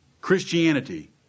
Christianity